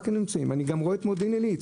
אני גם רואה את מודיעין עילית.